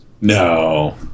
No